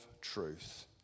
truth